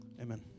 Amen